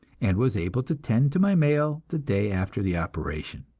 and was able to tend to my mail the day after the operation.